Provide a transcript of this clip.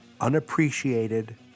unappreciated